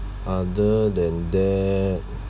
other than that